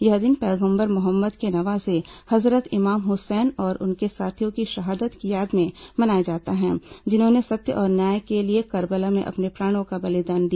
यह दिन पैगंबर मोहम्मद के नवासे हजरत इमाम हुसैन और उनके साथियों की शहादत की याद में मनाया जाता है जिन्होंने सत्य और न्याय के लिए कर्बला में अपने प्राणों का बलिदान दिया